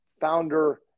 founder